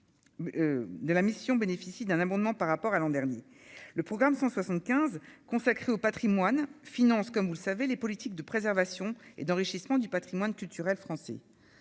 le programme 175 consacrée au Patrimoine finances comme vous le savez, les politiques de préservation et d'enrichissement du Patrimoine. Sur le français